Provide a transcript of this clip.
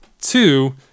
two